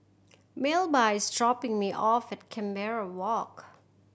Melba is dropping me off at Canberra Walk